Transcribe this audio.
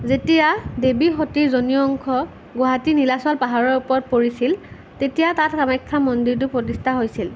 যেতিয়া দেৱী সতিৰ যোনি অংশ গুৱাহাটীৰ নীলাচল পাহাৰৰ ওপৰত পৰিছিল তেতিয়া তাত কামাখ্যা মন্দিৰটো প্ৰতিষ্ঠা হৈছিল